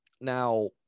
Now